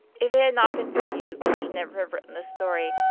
if it had not been for you, i should never have written this story,